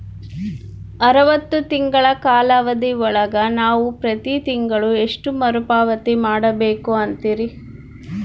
ಅರವತ್ತು ತಿಂಗಳ ಕಾಲಾವಧಿ ಒಳಗ ನಾವು ಪ್ರತಿ ತಿಂಗಳು ಎಷ್ಟು ಮರುಪಾವತಿ ಮಾಡಬೇಕು ಅಂತೇರಿ?